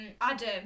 Adam